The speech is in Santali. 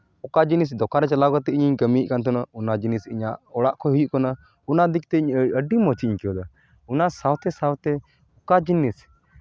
ᱚᱠᱟ ᱡᱤᱱᱤᱥ ᱫᱚᱠᱟᱢ ᱨᱮ ᱪᱟᱞᱟᱣ ᱠᱟᱛᱮ ᱤᱧᱤᱧ ᱠᱟᱹᱢᱤᱭᱮᱜ ᱠᱟᱱ ᱛᱟᱦᱮᱱᱟ ᱚᱱᱟ ᱡᱤᱱᱤᱥ ᱤᱧᱟᱹᱜ ᱚᱲᱟᱜ ᱠᱷᱚᱡ ᱦᱩᱭᱩᱜ ᱠᱟᱱᱟ ᱚᱱᱟ ᱫᱤᱠ ᱛᱮ ᱤᱧ ᱟᱹᱰᱤ ᱢᱚᱡᱽ ᱤᱧ ᱟᱹᱭᱠᱟᱹᱣᱫᱟ ᱚᱱᱟ ᱥᱟᱶᱛᱮ ᱥᱟᱶᱛᱮ ᱚᱠᱟ ᱡᱤᱱᱤᱥ